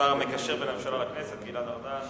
השר המקשר בין הממשלה לכנסת, גלעד ארדן.